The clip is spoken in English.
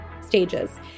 stages